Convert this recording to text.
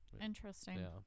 Interesting